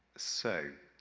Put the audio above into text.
so,